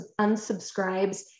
unsubscribes